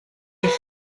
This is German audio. ich